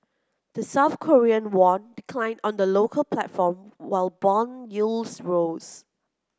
the South Korean won declined on the local platform while bond yields rose